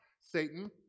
Satan